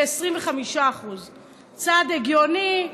ל-25%; צעד הגיוני,